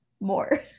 more